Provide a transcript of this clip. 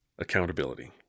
Accountability